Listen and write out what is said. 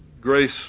grace